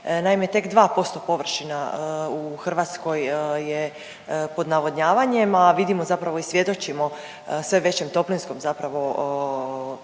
Naime, tek 2% površina u Hrvatskoj je pod navodnjavanjem, a vidimo zapravo i svjedočimo sve većem toplinskom zapravo,